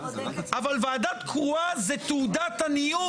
אבל ועדה קרואה זאת תעודת עניות.